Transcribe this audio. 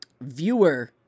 viewer